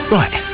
right